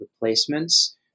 replacements